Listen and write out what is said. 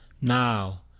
now